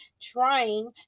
trying